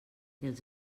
els